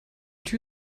tür